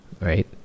right